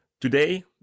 today